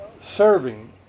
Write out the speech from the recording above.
serving